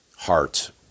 heart